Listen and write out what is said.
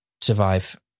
survive